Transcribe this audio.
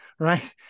right